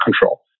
control